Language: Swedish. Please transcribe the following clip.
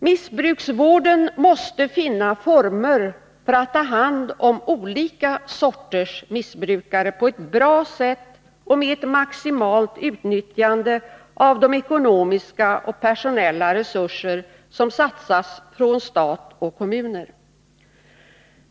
Missbrukarvården måste finna former för att ta hand om olika sorters missbrukare på ett bra sätt och med ett maximalt utnyttjande av de ekonomiska och personella resurser som satsas från stat och kommuner.